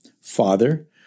father